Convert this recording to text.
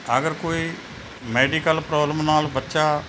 ਅਗਰ ਕੋਈ medical problem ਨਾਲ ਬੱਚਾ